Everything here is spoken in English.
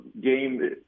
game